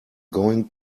going